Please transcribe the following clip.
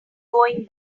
going